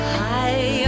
high